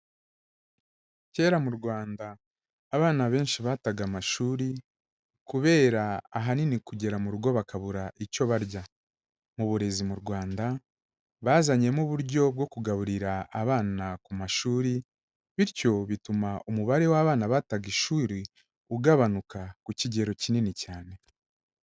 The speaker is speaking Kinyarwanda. Kera mu Rwanda abana benshi bataga amashuri kubera ahanini kugera mu rugo bakabura icyo barya, mu burezi mu Rwanda bazanyemo uburyo bwo kugaburira abana ku mashuri, bityo bituma umubare w'abana bataga ishuri ugabanuka ku kigero kinini cyane.